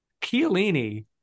Chiellini